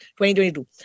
2022